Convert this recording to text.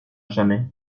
jamais